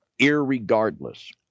irregardless